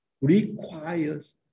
requires